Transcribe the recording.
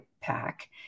pack